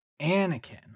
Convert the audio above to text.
Anakin